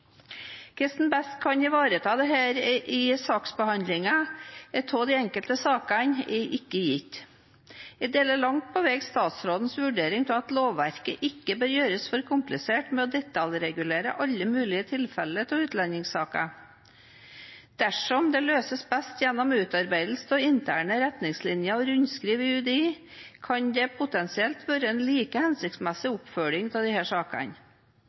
Hvordan man best kan ivareta dette i saksbehandlingen av de enkelte saker, er ikke gitt. Jeg deler langt på vei statsrådens vurdering av at lovverket ikke bør gjøres for komplisert ved å detaljregulere alle mulige tilfeller av utlendingssaker. Dersom det løses best gjennom utarbeidelse av interne retningslinjer og rundskriv i UDI, kan dette potensielt være en like hensiktsmessig oppfølging av disse sakene.